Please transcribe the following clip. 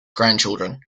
grandchildren